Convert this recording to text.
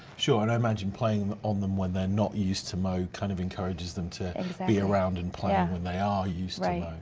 sure and i imagine playing on them when they're not used to mow kind of encourages them to be around and playing when they are used.